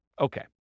Okay